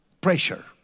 pressure